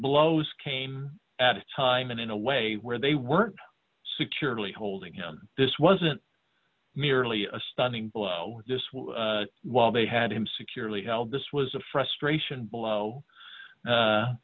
blows came at a time and in a way where they were securely holding him this wasn't merely a stunning blow just while they had him securely held this was a frustration blow